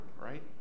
right